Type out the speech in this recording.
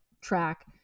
track